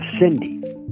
Cindy